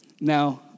Now